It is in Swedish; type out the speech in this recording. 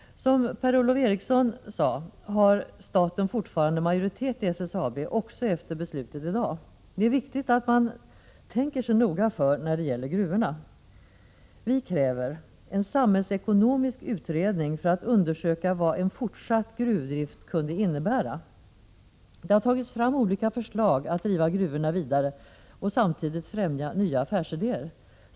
Som Per-Ola Eriksson sade har staten fortfarande majoritet i SSAB, också efter beslutet i dag. Det är viktigt att man tänker sig noga för när det gäller gruvorna. Vi kräver en samhällsekonomisk utredning för att undersöka vad en fortsatt gruvdrift kunde innebära. Det har tagits fram olika förslag att driva gruvorna vidare och samtidigt främja nya affärsidéer.